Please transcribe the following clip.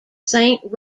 saint